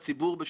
של כל הצוות,